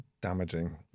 damaging